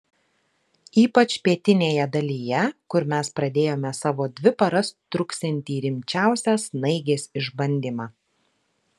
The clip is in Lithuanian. ypač pietinėje dalyje kur mes pradėjome savo dvi paras truksiantį rimčiausią snaigės išbandymą